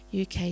uk